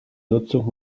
nutzung